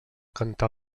cantar